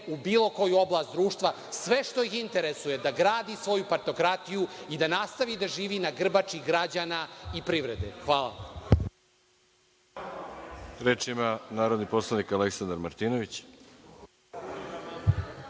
u bilo koju oblast društva. Sve što ih interesuje je da gradi svoju partokratiju i da nastavi da živi na grbači građana i privrede. Hvala. **Veroljub Arsić** Reč ima narodni poslanik Aleksandar Martinović.